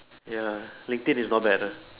ya Linked In is not bad ah